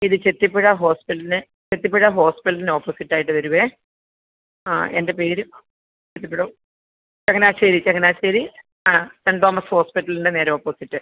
ഇത് ചെത്തിപ്പുഴ ഹോസ്പിറ്റലിന് ചെത്തിപ്പുഴ ഹോസ്പിറ്റലിന് ഓപ്പസിറ്റ് ആയിട്ട് വരുവേ ആ എൻ്റെ പേര് ആ ചെത്തിപ്പുഴ ചങ്ങനാശ്ശേരി ചങ്ങനാശ്ശേരി ആ സെൻറ്റ് തോമസ് ഹോസ്പിറ്റലിൻ്റെ നേരെ ഓപ്പോസിറ്റ്